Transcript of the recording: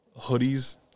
hoodies